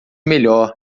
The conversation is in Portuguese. melhor